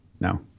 no